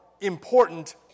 important